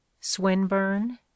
swinburne